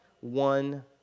one